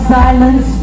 silence